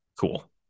cool